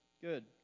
Good